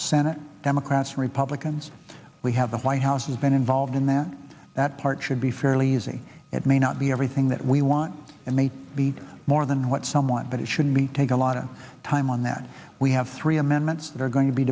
senate democrats and republicans we have the white house has been involved in that that part should be fairly easy it may not be everything that we want and may be more than what some want but it should be take a lot of time on that we have three amendments that are going to be